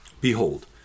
Behold